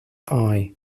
eye